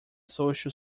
social